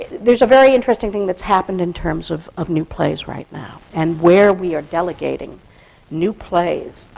there's a very interesting thing that's happened, in terms of of new plays right now, and where we are delegating new plays,